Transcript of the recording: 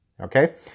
okay